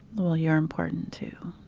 well, you're important too